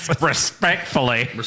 Respectfully